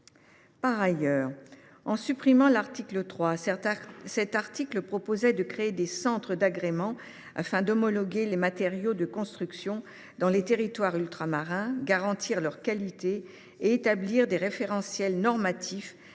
seule mesure. En supprimant l’article 3, qui prévoyait la création de centres d’agrément afin d’homologuer les matériaux de construction dans les territoires ultramarins, de garantir leur qualité et d’établir des référentiels normatifs